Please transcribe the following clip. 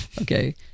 Okay